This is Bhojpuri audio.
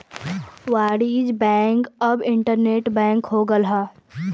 वाणिज्य बैंक अब इन्टरनेट बैंक हो गयल हौ